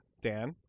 Dan